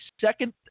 second